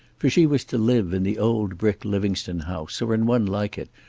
for she was to live in the old brick livingstone house, or in one like it,